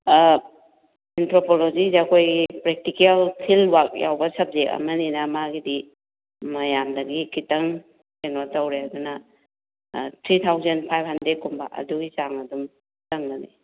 ꯑꯦꯟꯊ꯭ꯔꯣꯄꯣꯂꯣꯖꯤꯗ ꯑꯩꯈꯣꯏꯒꯤ ꯄ꯭ꯔꯦꯛꯇꯤꯀꯦꯜ ꯐꯤꯜꯒ ꯌꯥꯎꯕ ꯁꯕꯖꯦꯛ ꯑꯃꯅꯤꯅ ꯃꯥꯒꯤꯗꯤ ꯃꯌꯥꯝꯗꯒꯤ ꯈꯤꯇꯪ ꯀꯩꯅꯣ ꯇꯧꯔꯦ ꯑꯗꯨꯅ ꯊ꯭ꯔꯤ ꯊꯥꯎꯖꯟ ꯐꯥꯏꯚ ꯍꯟꯗ꯭ꯔꯦꯗꯀꯨꯝꯕ ꯑꯗꯨꯒꯤ ꯆꯥꯡ ꯑꯗꯨꯝ ꯆꯪꯒꯅꯤ